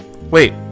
Wait